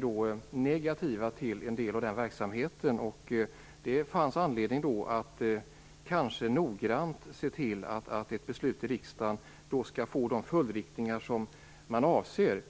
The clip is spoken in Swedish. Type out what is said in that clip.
varit negativa till en del av den verksamheten. Det fanns då anledning att noggrant se till att ett beslut i riksdagen får de följdriktningar som avses.